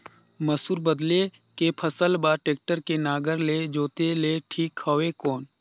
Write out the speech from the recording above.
मसूर बदले के फसल बार टेक्टर के नागर ले जोते ले ठीक हवय कौन?